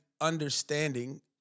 understanding